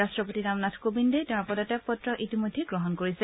ৰাষ্টপতি ৰামনাথ কোৱিন্দে তেওঁৰ পদত্যাগ পত্ৰ ইতিমধ্যে গ্ৰহণ কৰিছে